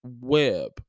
web